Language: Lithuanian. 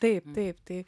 taip taip tai